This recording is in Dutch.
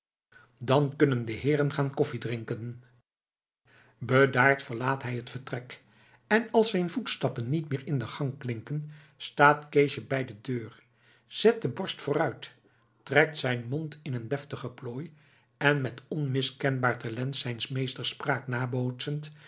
dan kunnen de heeren gaan koffie drinken bedaard verlaat hij het vertrek en als zijn voetstappen niet meer in de gang klinken staat keesje bij de deur zet de borst vooruit trekt zijn mond in een deftige plooi en met onmiskenbaar talent zijns meesters spraak nabootsend